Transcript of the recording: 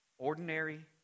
Ordinary